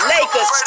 Lakers